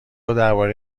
درباره